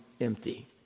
empty